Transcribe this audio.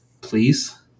Please